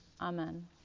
Amen